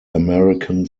american